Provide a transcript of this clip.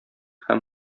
һәм